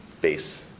base